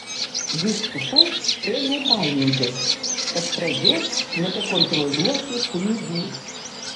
vyskupai ėmė baimintis kad pradės nebekontroliuoti kunigų